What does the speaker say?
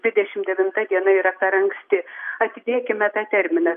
dvidešim devinta diena yra per anksti atidėkime tą terminą